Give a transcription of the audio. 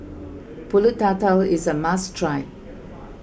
Pulut Tatal is a must try